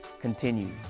continues